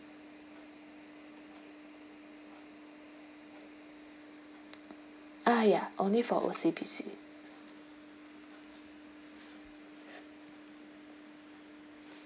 !aiya! only for O_C_B_C